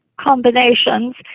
combinations